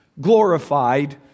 glorified